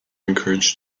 encouraged